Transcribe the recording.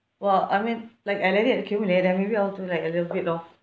well I mean like I let it accumulate and maybe I'll do like a little bit of